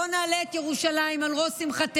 בואו נעלה את ירושלים על ראש שמחתנו.